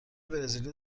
برزیلی